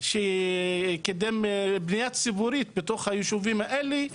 שקידם בנייה ציבורית בתוך היישובים האלה.